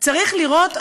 צריך לראות,